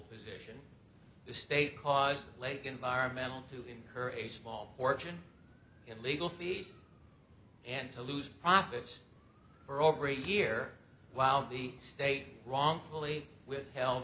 position the state caused lake environmental to incur a small fortune in legal fees and to lose prop it for over a year while the state wrongfully withheld